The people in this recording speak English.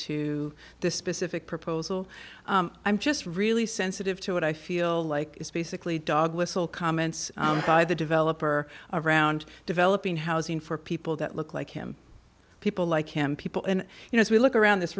to this specific proposal i'm just really sensitive to what i feel like is basically dog whistle comments by the developer around developing housing for people that look like him people like him people and you know as we look around this